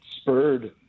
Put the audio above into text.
spurred